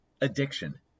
addiction